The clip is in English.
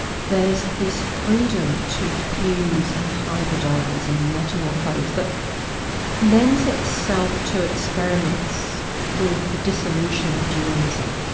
there's this freedom to fuse and hybridise and metamorphose, that lends itself to experiments with the dissolution of dualism.